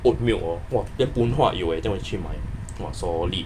oat milk hor !wah! then poon huat 有 eh then 我去买 !wah! solid